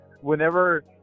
whenever